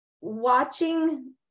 watching